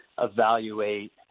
evaluate